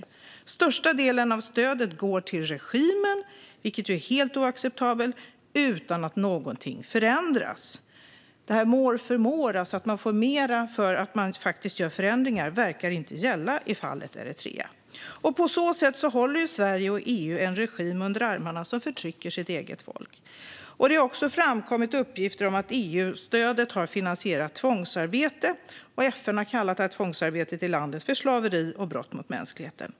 Den största delen av stödet går till regimen, vilket ju är helt oacceptabelt, och det utan att någonting förändras. More for more, alltså att man får mer för att man faktiskt gör förändringar, verkar inte gälla i fallet Eritrea. På så sätt håller Sverige och EU en regim under armarna som förtrycker sitt eget folk. Det har också framkommit uppgifter om att EU-stödet har finansierat tvångsarbete. FN har kallat tvångsarbetet i landet för slaveri och brott mot mänskligheten.